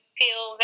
feel